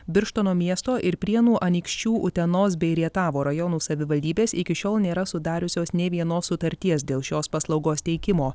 birštono miesto ir prienų anykščių utenos bei rietavo rajonų savivaldybės iki šiol nėra sudariusios nė vienos sutarties dėl šios paslaugos teikimo